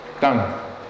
Done